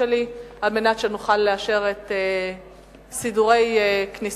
שלי על מנת שנוכל לאשר את סידורי כניסתו.